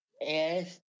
Yes